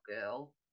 girl